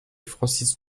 francis